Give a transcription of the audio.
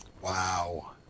Wow